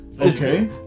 Okay